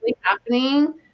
happening